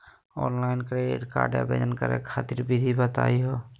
Online credit card आवेदन करे खातिर विधि बताही हो?